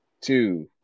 Two